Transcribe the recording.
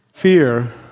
Fear